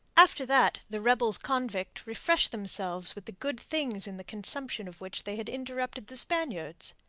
after that the rebels-convict refreshed themselves with the good things in the consumption of which they had interrupted the spaniards.